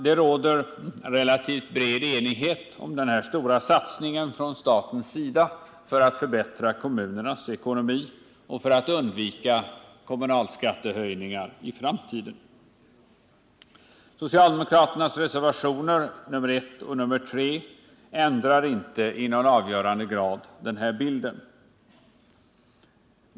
Det råder relativt bred enighet om den här stora satsningen från statens sida för att förbättra kommunernas ekonomi och för att undvika kommunalskattehöjningar i framtiden. Socialdemokraternas reservationer nr I och nr 3 ändrar inte i någon avgörande grad den här bilden.